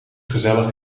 gezellig